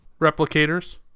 Replicators